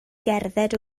gerdded